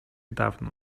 dawno